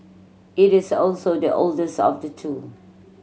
it is also the oldest of the two